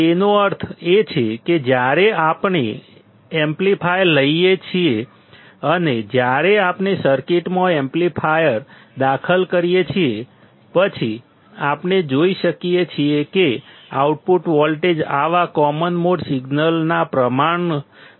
તેનો અર્થ એ છે કે જ્યારે આપણે એમ્પ્લીફાયર લઈએ છીએ અને જ્યારે આપણે સર્કિટમાં એમ્પ્લીફાયર દાખલ કરીએ છીએ પછી આપણે જોઈ શકીએ છીએ કે આઉટપુટ વોલ્ટેજ આવા કોમન મોડ સિગ્નલના પ્રમાણસર છે